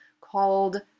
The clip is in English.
called